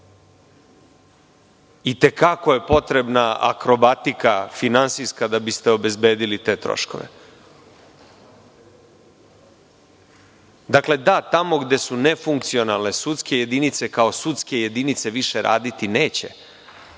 i te kako je potrebna finansijska akrobatika da biste obezbedili te troškove. Dakle, da, tamo gde su nefunkcionalne sudske jedinice, kao sudske jedinice više raditi neće,